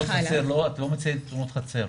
את לא מוציאה את תאונות החצר.